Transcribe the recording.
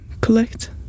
collect